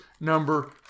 number